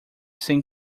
sem